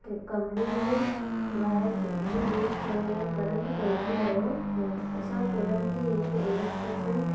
कमिरे में वायर जी लूज़ थियण लाइ करंट फैलिजी वियो हुयो असां तुरंत ई हिकु इलैक्ट्रीशन